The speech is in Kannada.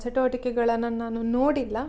ಚಟುವಟಿಕೆಗಳನ್ನು ನಾನು ನೋಡಿಲ್ಲ